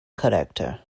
collector